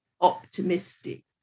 optimistic